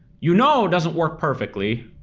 you know doesn't work perfectly,